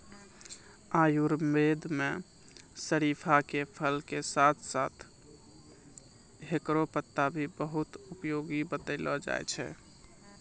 आयुर्वेद मं शरीफा के फल के साथं साथं हेकरो पत्ता भी बहुत उपयोगी बतैलो जाय छै